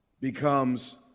becomes